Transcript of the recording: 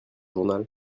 journal